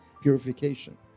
purification